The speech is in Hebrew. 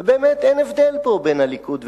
ובאמת, אין הבדל פה, בין הליכוד וקדימה,